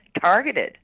targeted